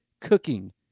cooking